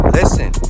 listen